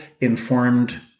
informed